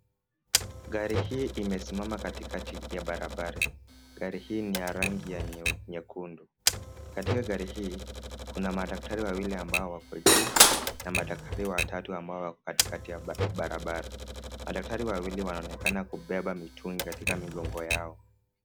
Gari hii imesimama katikati ya barabara. Gari hii ni ya rangi ya nyekundu. Katika gari hii kuna madaktari wawili ambao wako juu na madaktari watatu ambao wako katikati ya barabara. Madaktari wawili wanaonekana kubeba mitungi katika migongo yao.